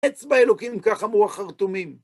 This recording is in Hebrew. אצבע אלוקים כך אמרו החרטומים.